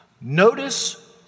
Notice